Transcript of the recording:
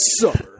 summer